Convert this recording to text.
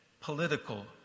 political